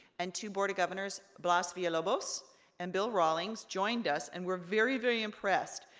and two board of governors, blas villalobos and bill rawlings, joined us, and we're very, very impressed.